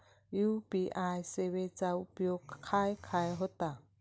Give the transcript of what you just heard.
UPI सेवेचा उपयोग खाय खाय होता?